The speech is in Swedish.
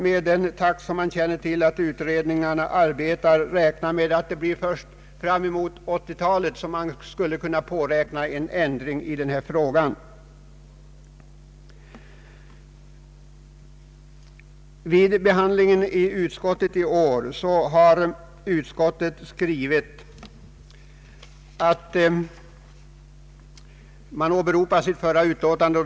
Med den takt vi vet att utredningar brukar arbeta skulle vi kunna påräkna en ändring härvidlag först framemot 1980 talet. Vid behandlingen i utskottet i år har utskottet åberopat förra årets utlåtande.